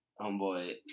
homeboy